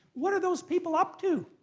what are those people up to?